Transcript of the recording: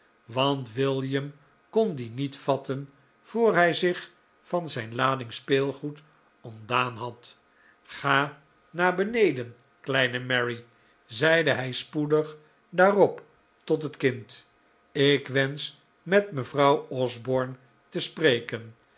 want william kon die niet vatten voor hij zich van zijn lading speelgoed ontdaan had ga naar beneden kleine mary zeide hij spoedig daarop tot het kind ik wensch met mevrouw osborne te spreken